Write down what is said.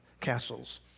castles